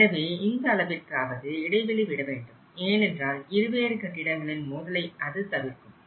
எனவே இந்த அளவிற்காவது இடைவெளி விட வேண்டும் ஏனென்றால் இருவேறு கட்டிடங்களின் மோதலை அது தவிர்க்கும்